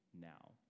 now